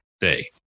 day